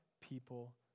people